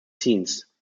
scenes